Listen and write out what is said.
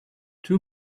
two